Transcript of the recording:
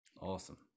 Awesome